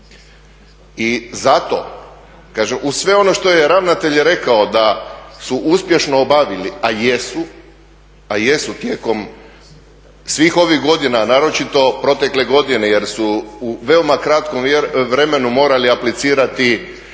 kažem uz sve ono što je ravnatelj rekao da su uspješno obavili, a jesu tijekom svih ovih godina, naročito protekle godine jer su u veoma kratkom vremenu morali aplicirati